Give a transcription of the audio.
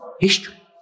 history